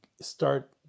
start